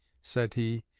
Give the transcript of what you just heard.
said he,